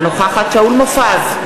אינה נוכחת שאול מופז,